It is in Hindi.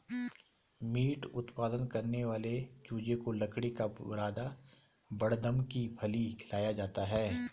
मीट उत्पादन करने वाले चूजे को लकड़ी का बुरादा बड़दम की फली खिलाया जाता है